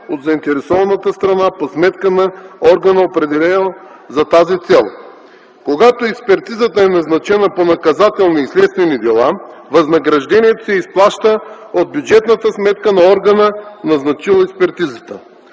от заинтересованата страна по сметка на органа, определен за тази цел. Когато експертизата е назначена по наказателни и следствени дела, възнаграждението се изплаща от бюджетната сметка на органа, назначил експертизата.